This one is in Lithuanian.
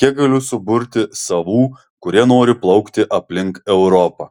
kiek galiu suburti savų kurie nori plaukti aplink europą